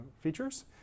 features